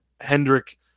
Hendrick